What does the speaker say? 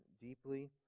deeply